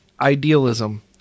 idealism